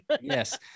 Yes